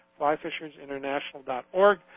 flyfishersinternational.org